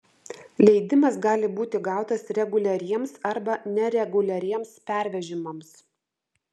leidimas gali būti gautas reguliariems arba nereguliariems pervežimams